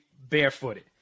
barefooted